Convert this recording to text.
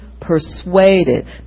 persuaded